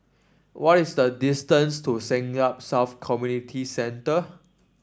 what is the distance to Siglap South Community Centre